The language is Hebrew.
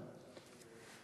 תודה.